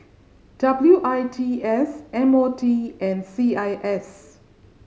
W I T S M O T and C I S